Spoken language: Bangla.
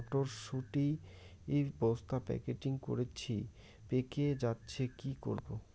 মটর শুটি বস্তা প্যাকেটিং করেছি পেকে যাচ্ছে কি করব?